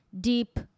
deep